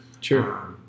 sure